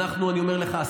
אני אומר לך,